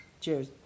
Cheers